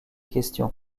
questions